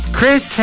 Chris